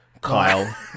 Kyle